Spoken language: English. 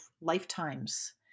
lifetimes